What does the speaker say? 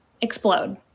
explode